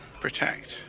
protect